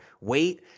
wait